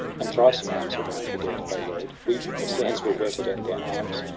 and thrice in arms around the dead they rode. weeping the sands were wetted, and their arms.